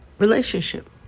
Relationship